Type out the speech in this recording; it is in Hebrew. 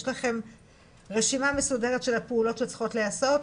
יש לכם רשימה מסודרת של הפעולות שצריכות להיעשות?